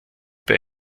bei